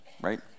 right